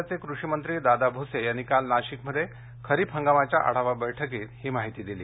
राज्याचे कृषी मंत्री दादा भूसे यांनी काल नाशिकमध्ये खरीप हंगामाच्या आढावा बैठकीत ही माहिती दिली